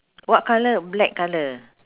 what colour black colour